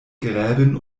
gräben